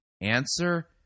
answer